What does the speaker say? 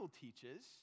teaches